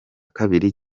kabiri